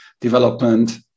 development